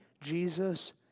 Jesus